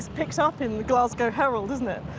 it's picked up in the glasgow herald, isn't it,